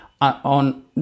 on